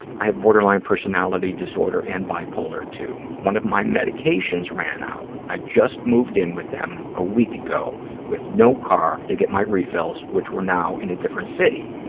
i have borderline personality disorder and bipolar ii. one of my medications ran out. i just moved in with them a week ago with no car to get my refills, which were now in a different city.